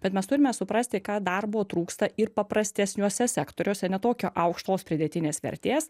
bet mes turime suprasti ką darbo trūksta ir paprastesniuose sektoriuose ne tokio aukštos pridėtinės vertės